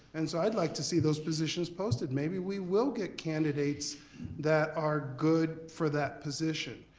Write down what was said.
and so i'd like to see those positions posted. maybe we will get candidates that are good for that position,